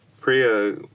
Priya